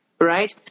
right